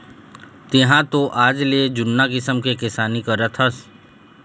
तेंहा तो आजले जुन्ना किसम के किसानी करत हस